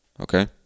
okay